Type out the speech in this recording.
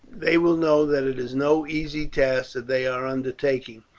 they will know that it is no easy task that they are undertaking,